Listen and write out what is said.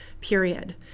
period